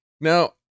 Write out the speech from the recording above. Now